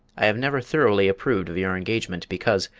i have never thoroughly approved of your engagement, because,